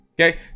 Okay